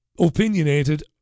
opinionated